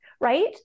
Right